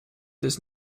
does